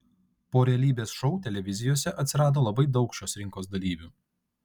po realybės šou televizijose atsirado labai daug šios rinkos dalyvių